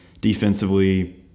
defensively